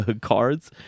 cards